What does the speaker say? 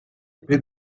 per